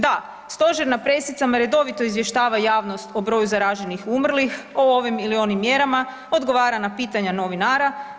Da, Stožer na presicama redovito izvještava javnost o broju zaraženih, umrlih, o ovim ili onim mjerama, odgovara na pitanja novinara.